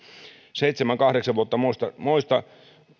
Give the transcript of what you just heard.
seitsemän viiva kahdeksan vuotta moista